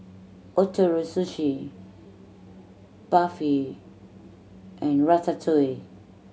Ootoro Sushi Barfi and Ratatouille